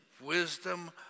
Wisdom